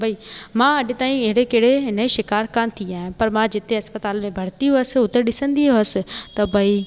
भई मां अॼ ताईं एड़े कहिड़े हिन ई शिकार कान थी आहियां पर मां जिते अस्पताल में भरती हुअसि उते ॾिसंदी हुअसि त भई